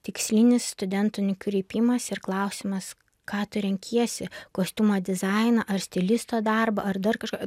tikslinis studentų nukreipimas ir klausimas ką tu renkiesi kostiumo dizainą ar stilisto darbą ar dar kažką